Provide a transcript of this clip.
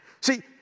See